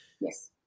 Yes